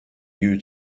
you